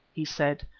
he said.